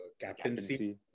captaincy